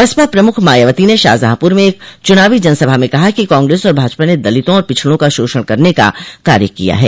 बसपा प्रमुख मायावती ने शाहजहांपुर में एक चुनावी जनसभा में कहा कि कांग्रेस और भाजपा ने दलितों और पिछड़ों का शोषण करने का कार्य किया है